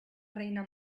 reina